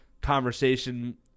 conversation